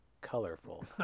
colorful